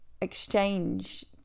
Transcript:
exchange